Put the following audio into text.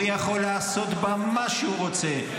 והוא יכול לעשות בה מה שהוא רוצה,